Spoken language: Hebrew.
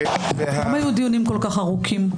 למה היו דיונים כל כך ארוכים?